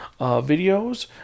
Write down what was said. videos